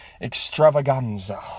extravaganza